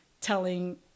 telling